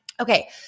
Okay